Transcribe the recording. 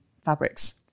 fabrics